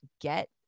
get